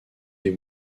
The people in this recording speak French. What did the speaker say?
des